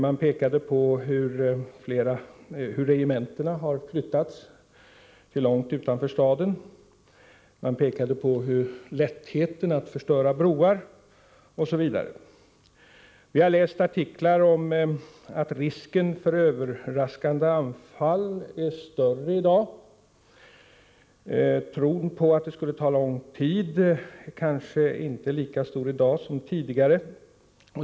Man pekade på hur regementen har flyttats till långt utanför staden, på lättheten att förstöra broar osv. Vi har läst artiklar om att risken för överraskande anfall är större i dag. Tron att det skulle ta lång tid är kanske inte lika stor i dag som tidigare.